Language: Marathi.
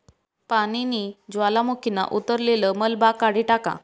पानीनी ज्वालामुखीना उतरलेल मलबा काढी टाका